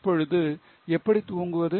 இப்பொழுது எப்படி துவங்குவது